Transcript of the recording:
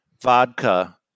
Vodka